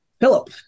Philip